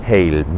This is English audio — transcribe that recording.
Hail